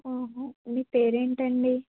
ఊహు మీ పేరేంటండి